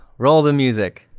roll the music.